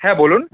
হ্যাঁ বলুন